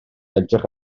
edrych